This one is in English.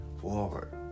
forward